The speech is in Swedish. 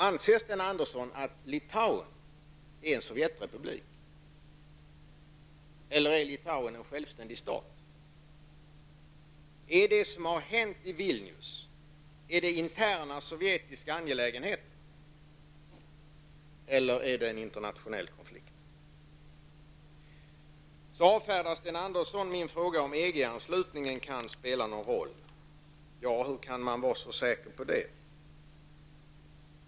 Anser Sten Andersson att Litauen är en Sovjetrepublik eller en självständig stat? Är det som hänt i Vilnius interna sovjetiska angelägenheter eller är det en internationell konflikt? Så avfärdar Sten Andersson min fråga huruvida EG-anslutningen kan spela någon roll. Hur kan man vara så säker på den saken?